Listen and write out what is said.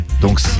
Donc